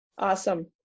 Awesome